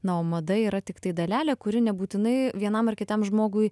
na o mada yra tiktai dalelė kuri nebūtinai vienam ar kitam žmogui